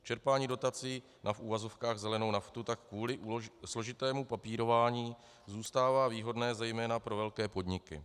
Čerpání dotací na v uvozovkách zelenou naftu tak kvůli složitému papírování zůstává výhodné zejména pro velké podniky.